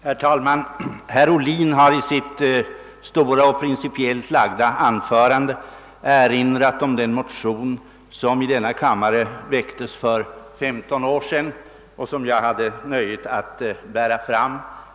Herr talman! Herr Ohlin har i sitt stora och principiellt lagda anförande erinrat om den motion, som väcktes i denna kammare för 15 år sedan och som jag hade nöjet att bära fram.